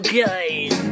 guys